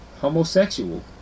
Homosexual